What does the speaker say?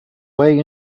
way